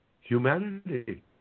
humanity